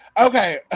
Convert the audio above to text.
Okay